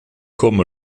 comme